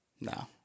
No